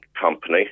company